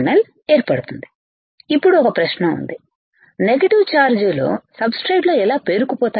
ఏర్పడుతుంది ఇప్పుడు ఒక ప్రశ్న ఉంది నెగిటివ్ చార్జీలు సబ్స్ట్రేట్లో ఎలా పేరుకుపోతాయి